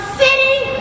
city